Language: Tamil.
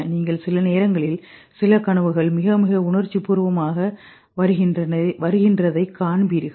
நீங்கள் சில நேரங்களில் சில கனவுகள் மிக மிக உணர்வுபூர்வமாகவருகின்றன காண்பீர்கள்